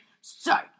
Sorry